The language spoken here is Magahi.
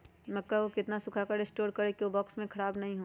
मक्का को कितना सूखा कर स्टोर करें की ओ बॉक्स में ख़राब नहीं हो?